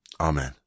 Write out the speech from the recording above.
Amen